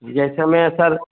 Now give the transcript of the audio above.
जैसे मैं सर